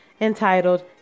entitled